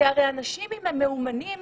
כי אם אנשים מאומנים